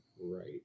Right